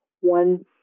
one